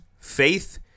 faith